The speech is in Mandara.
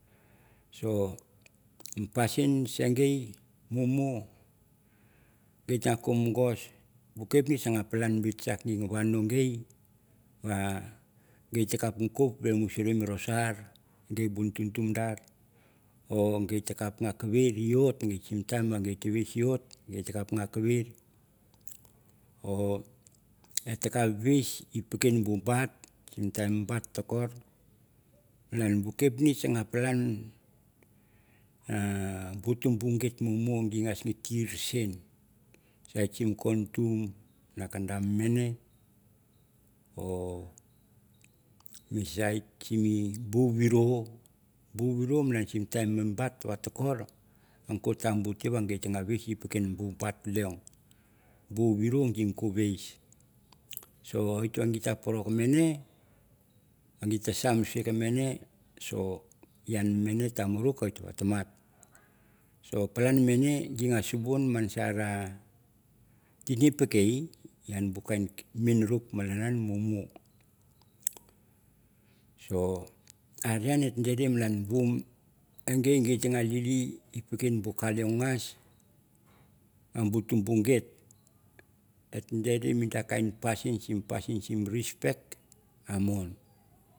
So mi pasin se ge mumu git tem no monogosh ba papnitch ar dalan gi vano gi ta kap no vamusuri rosare ge bu tumtumrar git tem no vis lot with tanga kawir lot sim or et ta vis e pikin bu bat ta kor. malan bu kapnicth ate palan bu tuumbu git sin no tir sin. Site sim kontun mi kandar mi manie or site sim bu viro bu viro sim time mi bate te kor a ke tambu na git tete e pukieng bu but leong, bu viro bin ko vise so wit te poro ke mane or gite sum so ke mane so te muruk ka wit na mat so palan mutwe oit surmong ma sara tunidike, bu kain miniruk en mumus so eren yang et dere en ge te lili e dukwen bu ka leding gas bu tumbu git da kain dasin sim pasinsim respect a mon.